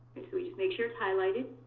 so we just make sure it's highlighted,